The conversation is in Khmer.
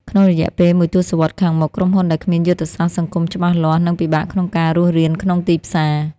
ក្នុងរយៈពេលមួយទសវត្សរ៍ខាងមុខ ក្រុមហ៊ុនដែលគ្មានយុទ្ធសាស្ត្រសង្គមច្បាស់លាស់នឹងពិបាកក្នុងការរស់រានក្នុងទីផ្សារ។